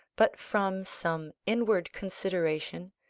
but from some inward consideration,